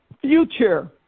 future